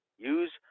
Use